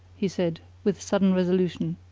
he said with sudden resolution.